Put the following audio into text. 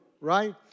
right